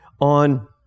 on